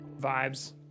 Vibes